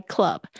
Club